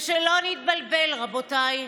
ושלא נתבלבל, רבותיי,